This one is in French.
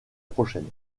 prochaine